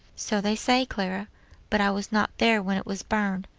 so they say, clara but i was not there when it was burned.